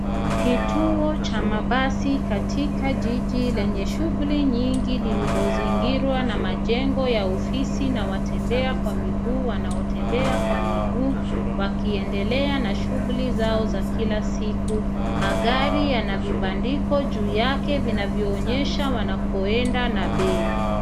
Kituo cha mabasi katika jiji lenye shuguli nyingi lililozingirwa na majengo ya ofisi na watembea kwa miguu wanaotembea kwa miguu wakiendelea na shuguli zao za kila siku. magari yana vibandiko juu yake vinavyoonyesha wanakoenda na bei.